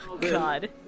God